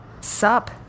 Sup